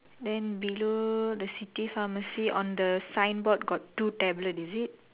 then below the city pharmacy on the signboard got two tablet is it